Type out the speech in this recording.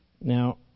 Now